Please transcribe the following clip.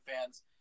fans